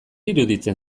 iruditzen